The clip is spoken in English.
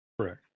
correct